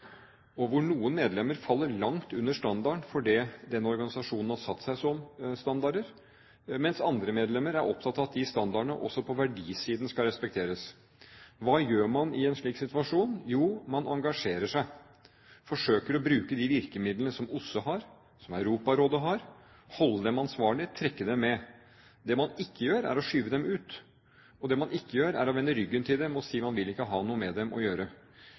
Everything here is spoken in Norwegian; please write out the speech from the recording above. og hvor noen medlemmer faller langt under standarden for det den organisasjonen har satt seg som standard, mens andre medlemmer er opptatt av at standardene på verdisiden også skal respekteres. Hva gjør man i en slik situasjon? Jo, man engasjerer seg, forsøker å bruke de virkemidlene som OSSE har, som Europarådet har, holde dem ansvarlig, trekke dem med. Det man ikke gjør, er å skyve dem ut. Og det man ikke gjør, er å vende ryggen til dem og si at man ikke vil ha noe med dem å gjøre.